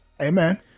Amen